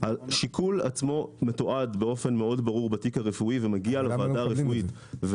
השיקול עצמו מתועד באופן ברור מאוד בתיק הרפואי ומגיע לוועדה הרפואית.